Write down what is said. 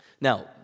Now